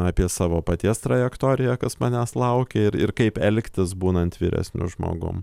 apie savo paties trajektoriją kas manęs laukia ir ir kaip elgtis būnant vyresniu žmogum